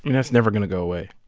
that's never going to go away.